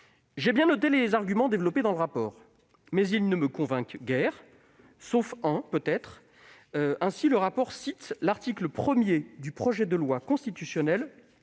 J'ai bien noté les arguments développés dans le rapport, mais ils ne me convainquent guère- sauf un, peut-être. Ainsi, le rapport cite l'article 1 du projet de loi constitutionnelle